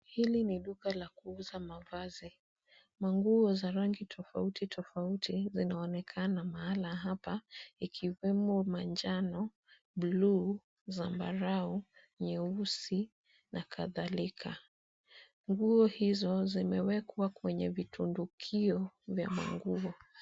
Hili ni duka la kuuza mavazi. Manguo za rangi tofauti tofauti zinaonekana mahali hapa, ikiwemo manjano, buluu, zambarau, nyeusi, na kadhalika. Nguo hizo zimewekwa kwenye vitundukio vya manguo.